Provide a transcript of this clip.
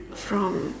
from